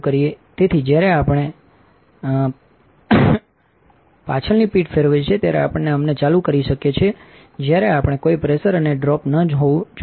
તેથી જ્યારે આપણે backંચી પીઠ ફેરવીએ છીએ ત્યારે આપણે અમને ચાલુ કરી શકીએ છીએ જ્યારે આપણે કોઈ પ્રેશરઅને ડ્રોપન જોવું જોઈએ